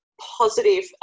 positive